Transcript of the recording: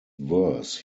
verse